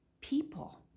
people